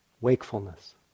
wakefulness